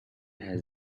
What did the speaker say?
has